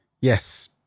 Yes